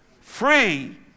free